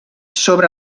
sobre